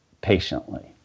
patiently